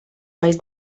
balls